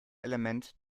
element